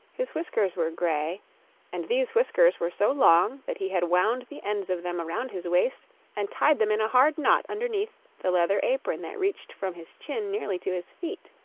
his whiskers were grey and these whiskers were so long that he had wound the ends of them around his waist and tied them in a hard knot underneath the leather apron that reached from his chin nearly to his feet,